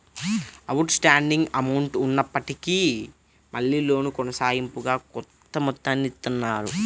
out standing amount ఉన్నప్పటికీ మళ్ళీ loan కొనసాగింపుగా కొంత మొత్తాన్ని ఇత్తన్నారు